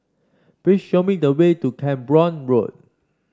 please show me the way to Camborne Road